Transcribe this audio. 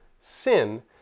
sin